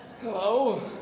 Hello